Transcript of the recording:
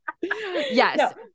Yes